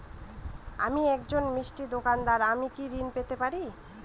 আমি একজন মিষ্টির দোকাদার আমি কি ঋণ পেতে পারি?